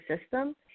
system